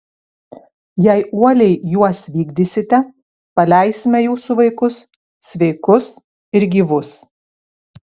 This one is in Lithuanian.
jei uoliai juos vykdysite paleisime jūsų vaikus sveikus ir gyvus